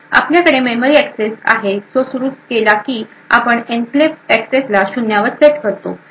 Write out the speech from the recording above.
आपल्याकडे memory access आहे जो सुरू केला की आपण एन्क्लेव्ह एक्सेस ला शून्यावर सेट करतो